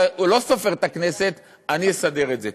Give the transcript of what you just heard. שלא סופר את הכנסת: אני אסדר את זה.